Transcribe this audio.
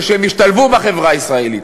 ושהם ישתלבו בחברה הישראלית.